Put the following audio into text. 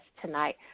tonight